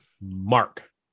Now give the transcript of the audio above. Mark